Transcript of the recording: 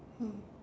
hmm